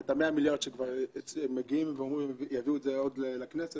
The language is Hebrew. יש את ה-100 מיליארד שכבר מגיעים ואומרים שיביאו את זה עוד לכנסת.